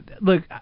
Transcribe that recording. Look